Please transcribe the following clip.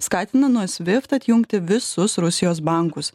skatina nuo svift atjungti visus rusijos bankus